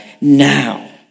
Now